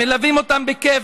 מלווים אותם בכיף,